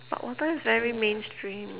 but water is very mainstream